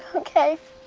okay.